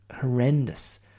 horrendous